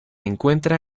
encuentra